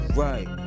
right